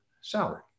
salary